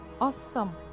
awesome